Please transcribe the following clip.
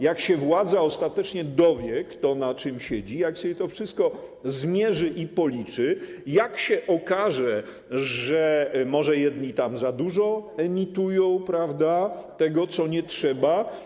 Jak się władza ostatecznie dowie, kto na czym siedzi, jak sobie to wszystko zmierzy i policzy, jak się okaże, że może jedni za dużo emitują, prawda, tego co nie trzeba.